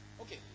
Okay